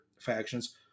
factions